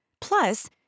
Plus